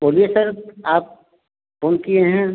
बोलिए सर आप फोन किए हैं